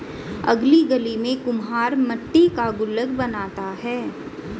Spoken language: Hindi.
अगली गली में कुम्हार मट्टी का गुल्लक बनाता है